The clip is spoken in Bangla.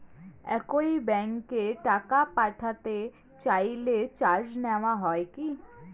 একই ব্যাংকে টাকা পাঠাতে চাইলে চার্জ নেওয়া হয় কি?